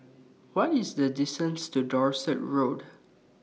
What IS The distance to Dorset Road